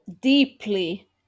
deeply